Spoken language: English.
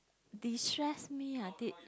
distress me I did